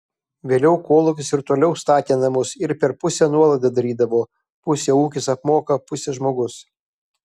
vėliau kolūkis ir toliau statė namus ir per pusę nuolaidą darydavo pusę ūkis apmoka pusę žmogus